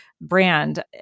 brand